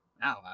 Now